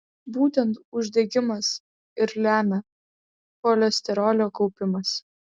būtent uždegimas ir lemia cholesterolio kaupimąsi